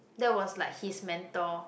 that was like his mentor